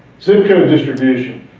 zip code distribution.